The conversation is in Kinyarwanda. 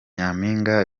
nyaminga